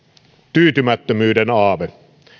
tyytymättömyyden aave